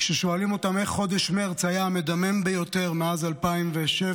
כששואלים אותם איך חודש מרץ היה המדמם ביותר מאז 2007,